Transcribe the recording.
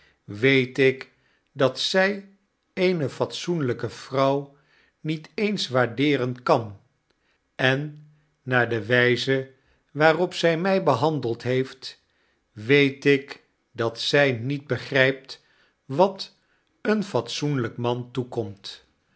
weet ik dat zy eene fatsoenlyke vrouw niet eens waardeeren kan en naar de wyze waarop zy my behandeld heeft weet ik dat zy niet begrijpt wat een fatsoenlijk man toekomt